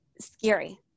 scary